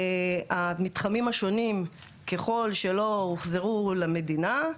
המתחמים השונים ככל שלא הוחזרו למדינה,